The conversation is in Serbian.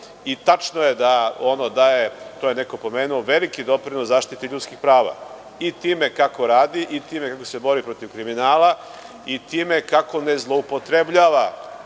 Tačno je da ono daje, to je neko pomenuo, veliki doprinos zaštiti ljudskih prava i time kako radi i time kako se bori protiv kriminala i time kako ne zloupotrebljava